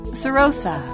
serosa